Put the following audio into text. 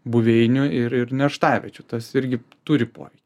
buveinių ir ir narštaviečių tas irgi turi poveikį